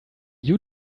you